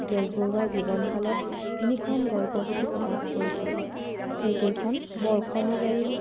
বেজবৰুৱা জীৱনকালত তিনিখন গল্পপুঠি প্ৰকাশ কৰিছিল সেইকেইখন বৰ্ষ অনুযায়ী